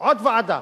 עוד ועדה.